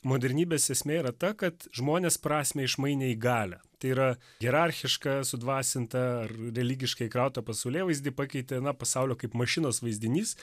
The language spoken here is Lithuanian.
modernybės esmė yra ta kad žmonės prasmę išmainė į galią tai yra hierarchišką sudvasintą ar religiškai įkrautą pasaulėvaizdį pakeitė na pasaulio kaip mašinos vaizdinys